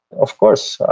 of course,